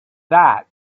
that